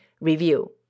review